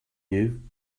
you